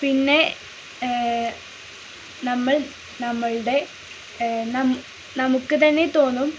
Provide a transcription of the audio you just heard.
പിന്നെ മ്മൾ നമ്മളുടെ നമുക്കു തന്നെ തോന്നും